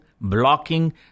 blocking